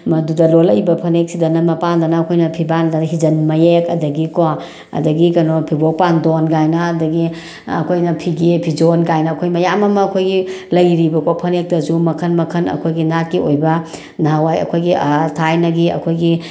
ꯃꯗꯨꯗ ꯂꯣꯜꯂꯛꯏꯕ ꯐꯅꯦꯛꯁꯤꯗꯅ ꯃꯄꯥꯟꯗꯅ ꯑꯩꯈꯣꯏꯅ ꯐꯤꯕꯥꯟꯗꯒ ꯍꯤꯖꯟ ꯃꯌꯦꯛ ꯑꯗꯒꯤꯀꯣ ꯑꯗꯒꯤ ꯀꯩꯅꯣ ꯐꯩꯕꯣꯛ ꯄꯥꯟꯗꯣꯟ ꯀꯥꯏꯅ ꯑꯗꯒꯤ ꯑꯩꯈꯣꯏꯅ ꯐꯤꯒꯦ ꯐꯤꯖꯣꯟ ꯀꯥꯏꯅ ꯑꯩꯈꯣꯏ ꯃꯌꯥꯝ ꯑꯃ ꯑꯩꯈꯣꯏꯒꯤ ꯂꯩꯔꯤꯕꯀꯣ ꯐꯅꯦꯛꯇꯁꯨ ꯃꯈꯟ ꯃꯈꯟ ꯑꯩꯈꯣꯏꯒꯤ ꯅꯥꯠꯀꯤ ꯑꯣꯏꯕ ꯅꯍꯥꯟꯋꯥꯏ ꯑꯩꯈꯣꯏꯒꯤ ꯑꯥ ꯊꯥꯏꯅꯒꯤ ꯑꯩꯈꯣꯏꯒꯤ